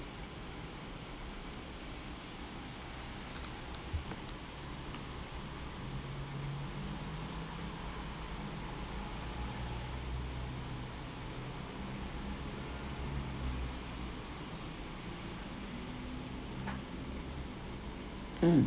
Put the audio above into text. mm